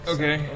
Okay